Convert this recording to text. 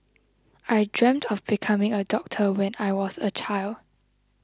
I dreamt of becoming a doctor when I was a child